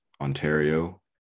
ontario